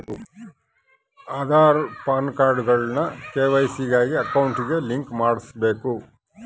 ಆದಾರ್, ಪಾನ್ಕಾರ್ಡ್ಗುಳ್ನ ಕೆ.ವೈ.ಸಿ ಗಾಗಿ ಅಕೌಂಟ್ಗೆ ಲಿಂಕ್ ಮಾಡುಸ್ಬಕು